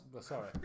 Sorry